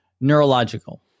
neurological